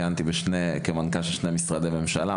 כיהנתי כמנכ״ל של שני משרדי ממשלה,